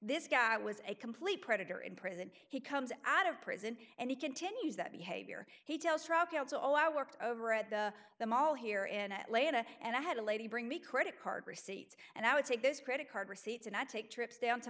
this guy was a complete predator in prison he comes out of prison and he continues that behavior he tells trial counsel i worked over at the mall here in atlanta and i had a lady bring me credit card receipts and i would take this credit card receipts and i take trips down to